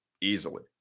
Easily